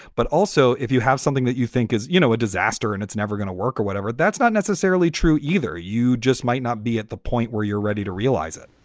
but also, if you have something that you think is, you know, a disaster and it's never going to work or whatever, that's not necessarily true either. you just might not be at the point where you're ready to realize it